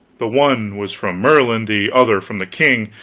the one was from merlin, the other from the king.